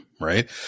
Right